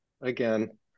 again